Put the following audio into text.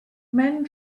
men